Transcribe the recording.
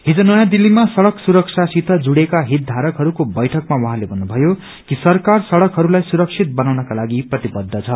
हिज नयाँ दिल्लीमा सड़क सुरक्षासित जुड़ेका हितधारकहरूको बैठकमा उहाँले भन्नुभयो कि सरकार सङ्कहरूलाई सुरक्षित बनाउनका लागि प्रतिबद्ध छ